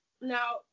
Now